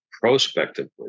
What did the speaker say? prospectively